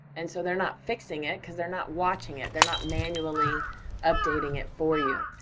and so they're not fixing it, cause they're not watching it, they're not manually updating it for you.